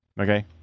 Okay